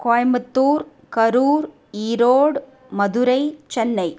Coimbatore Karur Erode Madurai Chennai